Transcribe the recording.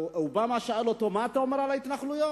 אובמה שאל אותו: מה אתה אומר על ההתנחלויות?